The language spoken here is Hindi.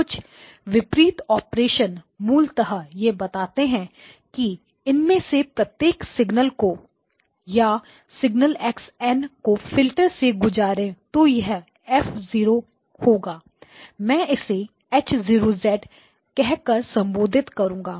कुछ विपरीत ऑपरेशन मूलतः यह बताते हैं कि इनमें से प्रत्येक सिग्नल्स को या सिग्नल s n को फिल्टर से गुजारे तो यह F0 होगा मैं इसे H 0 कह कर संबोधित करूंगा